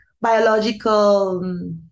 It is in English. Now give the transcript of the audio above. biological